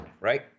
right